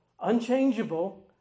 unchangeable